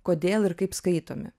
kodėl ir kaip skaitomi